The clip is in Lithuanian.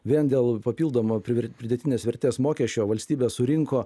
vien dėl papildomo priver pridėtinės vertės mokesčio valstybė surinko